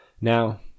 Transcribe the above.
Now